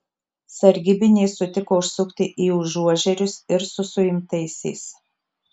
sargybiniai sutiko užsukti į užuožerius ir su suimtaisiais